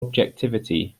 objectivity